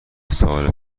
سال